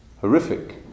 horrific